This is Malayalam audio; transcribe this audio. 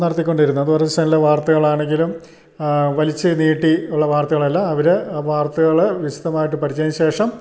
നടത്തിക്കൊണ്ടിരുന്നത് ദൂരദർശനിലെ വാർത്തകൾ ആണെങ്കിലും വലിച്ചു നീട്ടിയുള്ള വാർത്തകൾ അല്ല അവർ വാർത്തകൾ വിശദമായിട്ട് പഠിച്ചതിന് ശേഷം